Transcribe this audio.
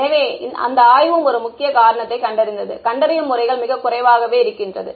எனவே அந்த ஆய்வும் ஒரு முக்கிய காரணத்தைக் கண்டறிந்தது கண்டறியும் முறைகள் மிக குறைவாகவே இருக்கின்றது